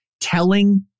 telling